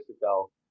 ago